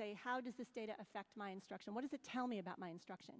say how does this data affect my instruction what is a tell me about my instruction